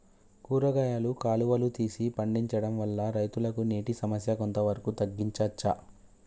కూరగాయలు కాలువలు తీసి పండించడం వల్ల రైతులకు నీటి సమస్య కొంత వరకు తగ్గించచ్చా?